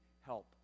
help